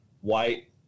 white